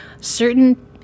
Certain